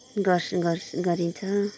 गर्छ गर्छ गरिन्छ